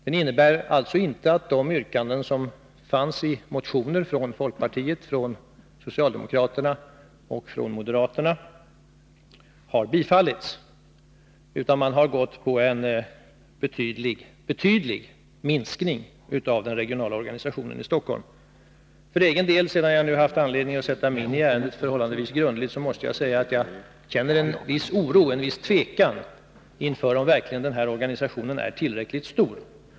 Den innebär alltså inte att de yrkanden som fanns i motioner från folkpartiet, socialdemokraterna och moderaterna har tillstyrkts, utan man har stött en betydlig minskning av den regionala organisationen i Stockholm. För egen del, sedan jag nu haft anledning att sätta mig in i ärendet förhållandevis grundligt, måste jag säga att jag känner en viss oro och tvekan inför om den här organisationen verkligen är tillräckligt stor.